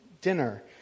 dinner